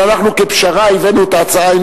אבל אנחנו כפשרה הבאנו את ההצעה,